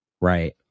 right